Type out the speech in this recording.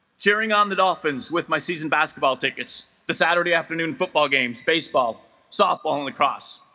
cheering on the dolphins with my seasoned basketball tickets the saturday afternoon football games baseball softball in lacrosse